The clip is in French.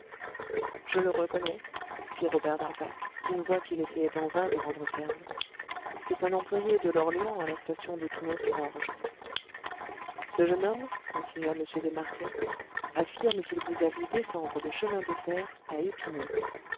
je le reconnais fit robert darzac d'une voix qu'il essayait en vain de rendre ferme c'est un employé de l'orléans à la station dépinay sur orge ce jeune homme continua m de marquet affirme qu'il vous a vu descendre de chemin de fer à épinay